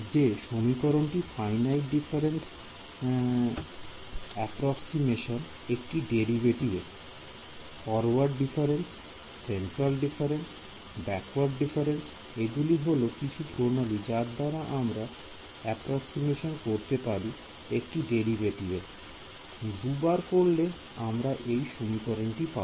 যে সমীকরণটি finite difference approximation একটি ডেরিভেটিভ এর forward difference central difference backward difference এগুলি হল কিছু প্রণালী যার দ্বারা আমরা অ্যাপ্রক্সিমেশন করতে পারি একটি ডেরিভেটিভ এর এবং দুবার করলে আমরা এই সমীকরণটি পাব